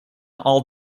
all